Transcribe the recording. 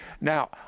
Now